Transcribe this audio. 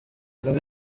kagame